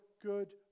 good